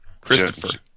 Christopher